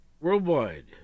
Worldwide